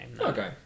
Okay